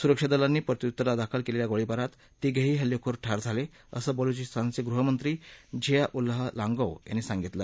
सुरक्षा दलांनी प्रत्युत्तरादाखल केलेल्या गोळीबारात तिघेही हल्लेखोर ठार झाले असं बलुघीस्तानचे गृहमंत्री झिया उल्लाह लांगोव यांनी सांगितलं